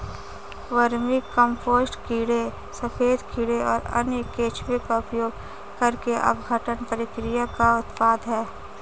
vermicompost कीड़े सफेद कीड़े और अन्य केंचुए का उपयोग करके अपघटन प्रक्रिया का उत्पाद है